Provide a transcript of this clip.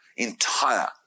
entire